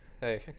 Hey